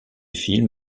film